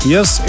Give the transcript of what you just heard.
Yes